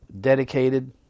dedicated